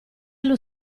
allo